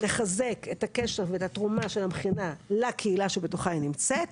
לחזק את הקשר ואת התרומה של המכינה לקהילה שבתוכה ההיא נמצאת.